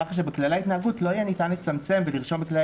כך שבכללי ההתנהגות לא יהיה ניתן לצמצם ולרשום בכללי